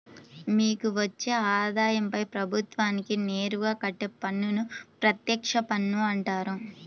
మీకు వచ్చే ఆదాయంపై ప్రభుత్వానికి నేరుగా కట్టే పన్నును ప్రత్యక్ష పన్ను అంటారు